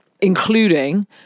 including